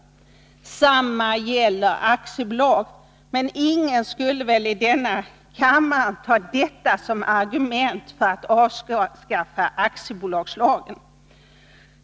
Detsamma gäller aktiebolag, men ingen i denna kammare skulle väl åberopa detta som argument för att vilja avskaffa aktiebolagslagen.